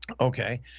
Okay